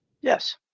Yes